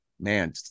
man